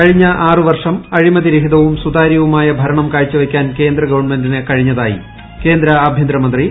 കഴിഞ്ഞ ആറു വർഷം അഴിമതി രഹിതവും സുതാര്യവുമായ ഭരണം കാഴ്ചവയ്ക്കാൻ കേന്ദ്ര ഗ്വൺമെന്റിന് കഴിഞ്ഞതായി കേന്ദ്ര ആഭ്യന്തർമ്പ്തി അമിത് ഷാ